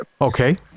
Okay